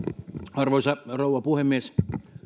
arvoisa rouva puhemies